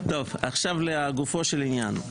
עכשיו לגופו של עניין.